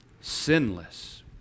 sinless